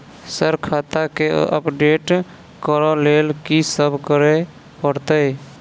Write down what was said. Sir खाता केँ update करऽ लेल की सब करै परतै?